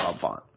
Font